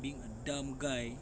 being a dumb guy